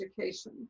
education